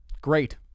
Great